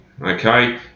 okay